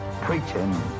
preaching